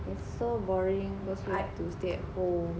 it so boring because we have to stay at home